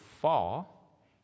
fall